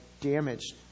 damaged